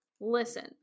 listen